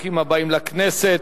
ברוכים הבאים לכנסת.